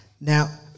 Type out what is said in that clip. Now